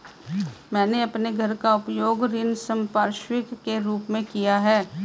मैंने अपने घर का उपयोग ऋण संपार्श्विक के रूप में किया है